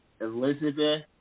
Elizabeth